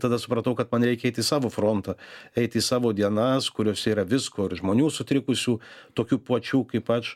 tada supratau kad man reikia eit į savo frontą eit į savo dienas kurios yra visko ir žmonių sutrikusių tokių pačių kaip aš